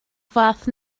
fath